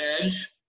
edge